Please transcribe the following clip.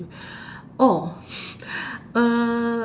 oh uh